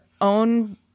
own